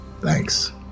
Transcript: Thanks